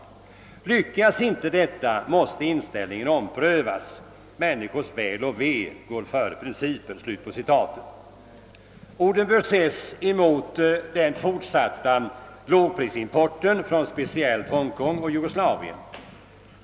Lyckas inte detta måste inställningen omprövas. Människors väl och ve går före principer.» Dessa ord bör ses mot bakgrunden av den fortsatta lågprisimporten speciellt från Hongkong och Jugoslavien.